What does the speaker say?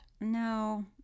No